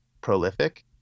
prolific